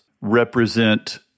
represent